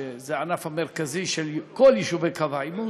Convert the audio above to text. שזה הענף המרכזי של כל יישובי קו העימות.